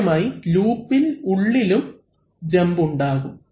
സമാനമായി ലൂപിൽ ഉള്ളിലും ജമ്പ് ഉണ്ടാകും